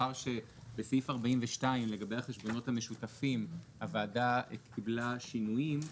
מאחר שבסעיף 42 לגבי החשבונות המשותפים הוועדה קיבלה שינויים,